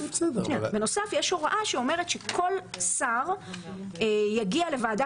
יש הוראה שאומרת שכל שר יגיע לוועדה